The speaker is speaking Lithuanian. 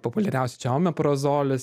populiariausia čia omeprazolis